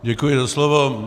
Děkuji za slovo.